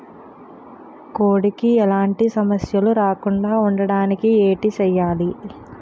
కోడి కి ఎలాంటి సమస్యలు రాకుండ ఉండడానికి ఏంటి చెయాలి?